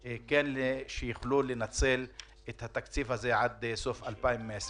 שיוכלו לנצל את התקציב הזה עד סוף 2021,